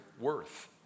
Worth